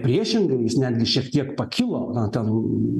priešingai jis netgi šiek tiek pakilo na ten